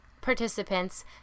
participants